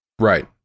Right